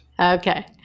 Okay